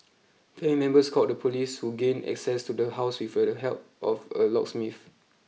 family members called the police who gained access to the house the help of a locksmith